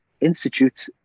institute